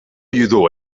ayudó